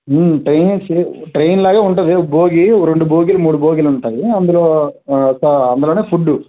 ట్రైనే safe train లాగే ఉంటుంది ఒక భోగి ఒక రెండు భోగిలు మూడు భోగిలు ఉంటాయి అందులో అందులో ఫుడ్డు